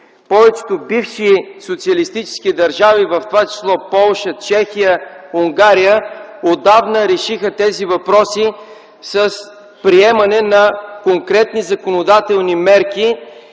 Повечето бивши социалистически държави, в това число Полша, Чехия, Унгария отдавна решиха тези въпроси с приемане на конкретни законодателни мерки.